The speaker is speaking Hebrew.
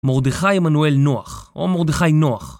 מורדכי אמנואל נוח, או מורדכי נוח